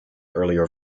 earlier